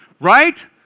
Right